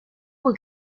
were